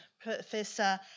Professor